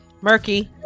Murky